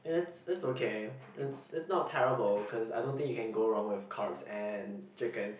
it's it's okay it's it's not terrible cause I don't think you can go wrong with carbs and chicken